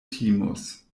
timus